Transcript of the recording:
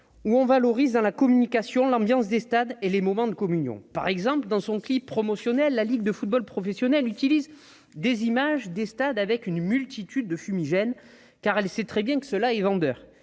on valorise dans la communication l'ambiance des stades et les moments de communion. Ainsi, dans son clip promotionnel, la Ligue de football professionnel (LFP) utilise des images des stades avec une multitude de fumigènes, car elle sait bien que cela est vendeur